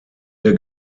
der